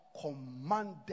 commanded